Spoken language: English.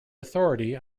authority